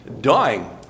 dying